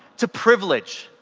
to privilege,